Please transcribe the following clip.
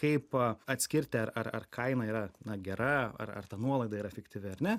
kaip atskirti ar ar kaina yra gera ar ar ta nuolaida yra efektyvi ar ne